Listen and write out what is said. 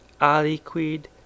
Aliquid